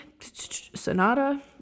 sonata